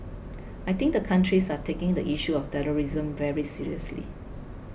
I think the countries are taking the issue of terrorism very seriously